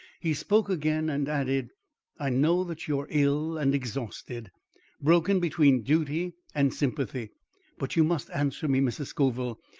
he spoke again and added i know that you are ill and exhausted broken between duty and sympathy but you must answer me, mrs. scoville.